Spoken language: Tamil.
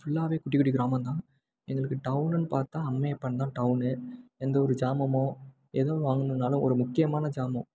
ஃபுல்லாகவே குட்டி குட்டி கிராமம்தான் எங்களுக்கு டவுன்னுன்னு பார்த்தா அம்மையப்பன்தான் டவுனு எந்தவொரு சாமானமோ எதுவும் வாங்கணுனாலும் ஒரு முக்கியமான சாமானம்